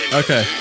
okay